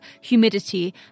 humidity